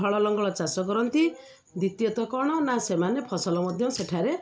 ହଳ ଲଙ୍ଗଳ ଚାଷ କରନ୍ତି ଦ୍ଵିତୀୟତଃ କ'ଣ ନା ସେମାନେ ଫସଲ ମଧ୍ୟ ସେଠାରେ